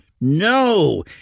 No